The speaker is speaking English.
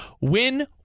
win